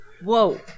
Whoa